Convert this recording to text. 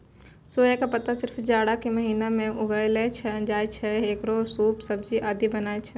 सोया के पत्ता सिर्फ जाड़ा के महीना मॅ उगैलो जाय छै, हेकरो सूप, सब्जी आदि बनै छै